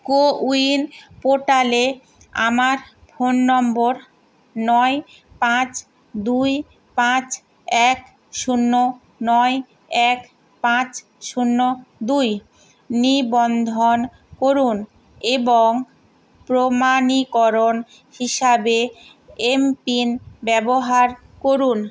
CoWIN পোর্টালে আমার phone number নয় পাঁচ দুই পাঁচ এক শূন্য নয় এক পাঁচ শূন্য দুই নিবন্ধন করুন এবং প্রমাণীকরণ হিসাবে এমপিন ব্যবহার করুন